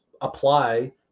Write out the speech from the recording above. apply